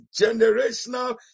generational